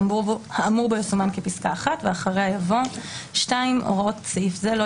האמור בו יסומן כפסקה (1) ואחריה יבוא: "(2)הוראות סעיף זה לא